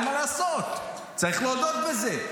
אין מה לעשות, צריך להודות בזה.